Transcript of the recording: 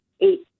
eight